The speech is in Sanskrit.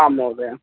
आम् महोदय